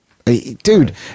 Dude